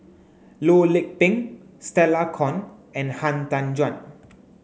Loh Lik Peng Stella Kon and Han Tan Juan